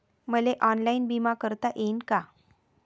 मले ऑनलाईन बिमा भरता येईन का?